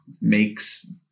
makes